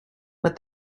but